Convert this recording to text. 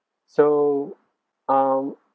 so um